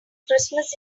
christmas